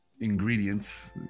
ingredients